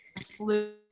flu